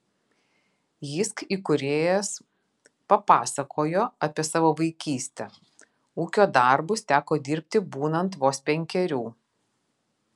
jysk įkūrėjas papasakojo apie savo vaikystę ūkio darbus teko dirbti būnant vos penkerių